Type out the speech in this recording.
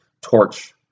torch